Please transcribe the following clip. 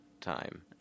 time